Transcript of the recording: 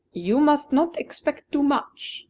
you must not expect too much,